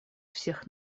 всех